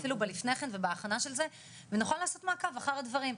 אפילו בלפני כן ובהכנה של זה ונוכל לעשות מעקב אחר הדברים.